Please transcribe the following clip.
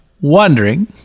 wondering